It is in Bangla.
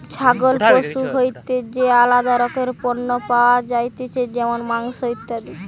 ছাগল পশু হইতে যে আলাদা রকমের পণ্য পাওয়া যাতিছে যেমন মাংস, ইত্যাদি